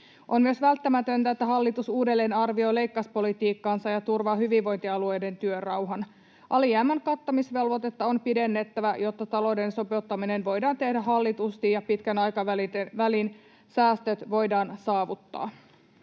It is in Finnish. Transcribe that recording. On myös välttämätöntä, että hallitus uudelleenarvioi leikkauspolitiikkaansa ja turvaa hyvinvointialueiden työrauhan. Alijäämän kattamisvelvoitetta on pidennettävä, jotta talouden sopeuttaminen voidaan tehdä hallitusti ja pitkän aikavälin säästöt voidaan saavuttaa.